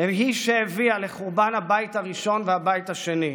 היא שהביאה לחורבן הבית הראשון והבית השני,